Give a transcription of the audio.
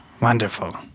Wonderful